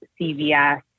CVS